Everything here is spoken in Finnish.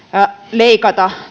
leikata